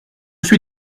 suis